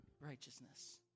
righteousness